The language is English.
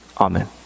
amen